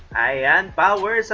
i am bauer,